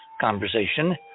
conversation